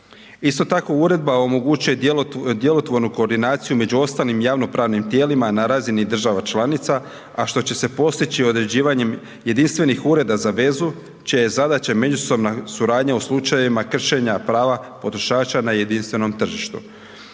Isto tako uredba omogućuje djelotvornu koordinaciju među ostalim javnopravnim tijelima na razini država članica, a što će se postići određivanjem jedinstvenih ureda za vezu čija je zadaća međusobna suradnja u slučajevima kršenja prava potrošača na jedinstvenom tržištu.